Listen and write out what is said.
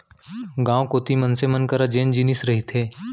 गाँव कोती मनसे मन करा जेन जिनिस रहिथे